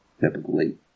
typically